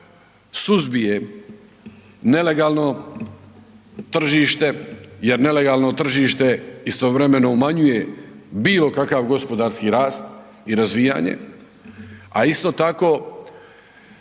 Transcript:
suzbije nelegalno tržište jer nelegalno tržište istovremeno umanjuje bilo kakav gospodarski rast i razvijanje, a isto tako,